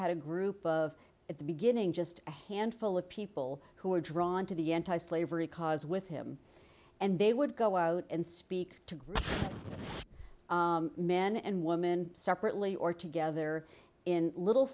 had a group of at the beginning just a handful of people who were drawn to the anti slavery cause with him and they would go out and speak to green men and woman separately or together in little